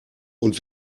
und